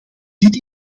dit